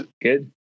good